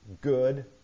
good